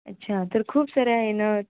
अच्छा तर खूप सारे आहे ना